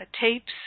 tapes